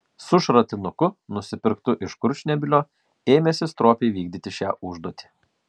su šratinuku nusipirktu iš kurčnebylio ėmėsi stropiai vykdyti šią užduotį